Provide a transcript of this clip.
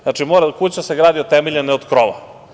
Znači, mora kuća da se gradi od temelja, ne od krova.